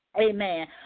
Amen